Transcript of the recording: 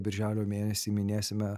birželio mėnesį minėsime